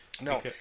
No